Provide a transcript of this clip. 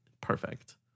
Perfect